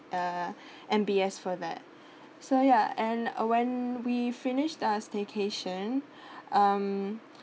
uh M_B_S for that so ya and uh when we finished uh staycation um